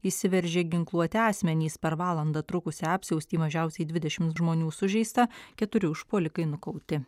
įsiveržė ginkluoti asmenys per valandą trukusią apsiaustį mažiausiai dvidešimt žmonių sužeista keturi užpuolikai nukauti